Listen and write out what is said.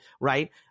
right